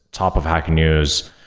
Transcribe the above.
top of hacker news.